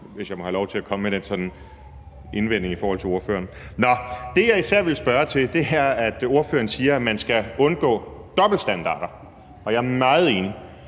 hvis jeg må have lov til at komme med den indvending over for ordføreren. Nå. Det, jeg især vil spørge til, er, at ordføreren siger, at man skal undgå dobbeltstandarder. Jeg er meget enig.